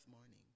morning